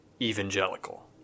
evangelical